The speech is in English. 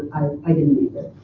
i didn't either.